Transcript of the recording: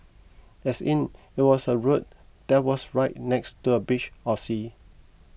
as in it was a road that was right next to a beach or sea